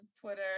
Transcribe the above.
Twitter